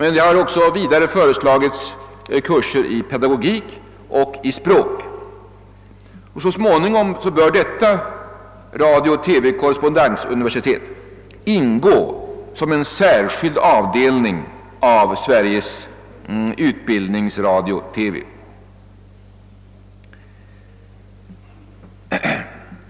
Vidare har föreslagits kurser i pedagogik och i språk. Så småningom bör detta radiooch TV-korrespondensuniversitet ingå som en särskild avdelning i Sveriges Utbildningsradio-TV.